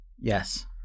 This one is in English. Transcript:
yes